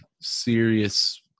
serious